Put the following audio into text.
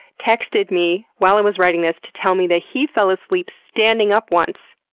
texted me while i was writing this, to tell me that he fell asleep standing up once.